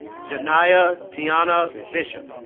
ja'nia toinna bishop